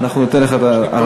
אנחנו ניתן לך הארכה.